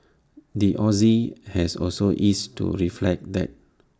the Aussie has also eased to reflect that